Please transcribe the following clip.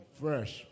Fresh